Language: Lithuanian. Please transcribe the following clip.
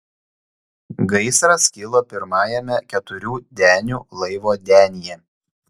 gaisras kilo pirmajame keturių denių laivo denyje